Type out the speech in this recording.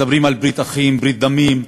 מדברים על ברית אחים, ברית דמים,